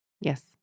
Yes